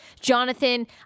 Jonathan